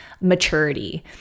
maturity